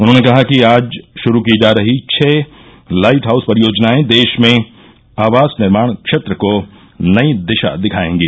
उन्होंने कहा कि आज शुरू की जा रही छह लाइट हाउस परियोजनाएं देश में आवास निर्माण क्षेत्र को नई दिशा दिखाएंगी